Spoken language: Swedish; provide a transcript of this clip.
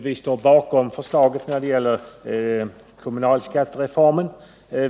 Vi står bakom regeringsförslaget när det gäller kommunalskattereformen.